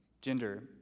gender